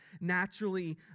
naturally